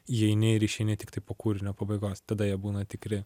įeini ir išeini tiktai po kūrinio pabaigos tada jie būna tikri